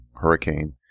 hurricane